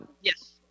yes